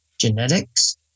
genetics